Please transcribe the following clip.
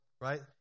right